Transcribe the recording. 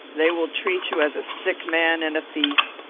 they will treat you as a sick man and a thief.